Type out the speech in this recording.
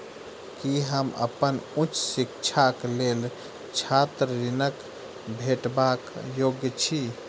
की हम अप्पन उच्च शिक्षाक लेल छात्र ऋणक भेटबाक योग्य छी?